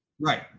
Right